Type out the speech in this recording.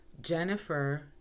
jennifer